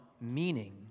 meaning